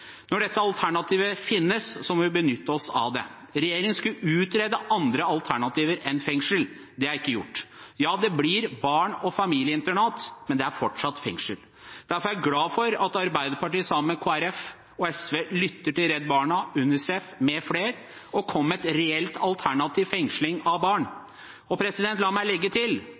Når dette alternativet finnes, må vi benytte oss av det. Regjeringen skulle utrede andre alternativer enn fengsel. Det er ikke gjort. Ja, det blir barne- og familieinternat, men det er fortsatt fengsel. Derfor er jeg glad for at Arbeiderpartiet, sammen med Kristelig Folkeparti og SV, lytter til Redd Barna, Unicef m.fl. og kommer med et reelt alternativ til fengsling av barn. La meg legge til: